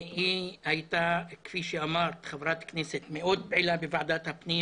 היא הייתה חברת כנסת מאוד פעילה בוועדת הפנים